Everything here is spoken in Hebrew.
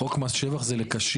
חוק מס שבח זה לקשיש.